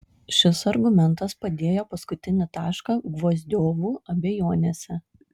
šis argumentas padėjo paskutinį tašką gvozdiovų abejonėse